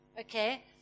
okay